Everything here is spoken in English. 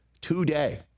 today